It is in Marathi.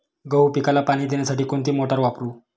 गहू पिकाला पाणी देण्यासाठी कोणती मोटार वापरू?